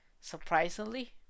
surprisingly